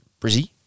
Brizzy